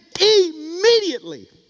immediately